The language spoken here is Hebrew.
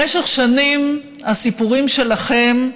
במשך שנים הסיפורים שלכם,